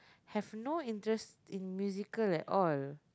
have no interest in musical at all